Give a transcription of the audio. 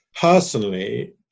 Personally